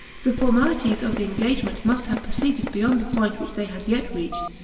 the formalities of the engagement must have proceeded beyond the point which they had yet reached,